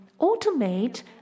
automate